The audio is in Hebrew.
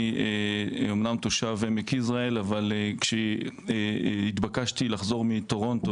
אני אמנם תושב עמק יזרעאל אבל כשהתבקשתי לחזור מטורונטו,